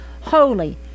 holy